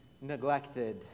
neglected